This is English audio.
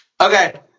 Okay